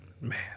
Man